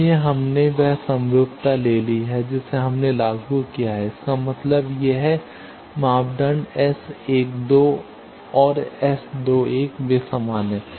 इसलिए हमने वह समरूपता ले ली है जिसे हमने लागू किया है इसका मतलब है यह मापदंड S 12 और S2 1 वे समान हैं